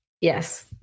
yes